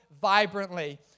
vibrantly